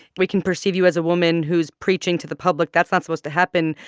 we can perceive you as a woman who's preaching to the public. that's not supposed to happen.